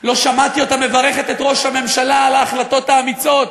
לא שמעתי אותה מברכת את ראש הממשלה על ההחלטות האמיצות,